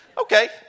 okay